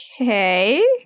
Okay